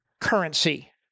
currency